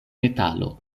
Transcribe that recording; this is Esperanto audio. metalo